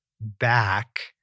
back